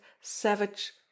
savage